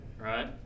right